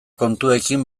kontuekin